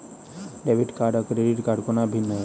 Debit card आ credit कोना भिन्न है?